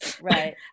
Right